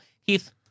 Heath